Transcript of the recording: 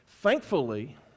Thankfully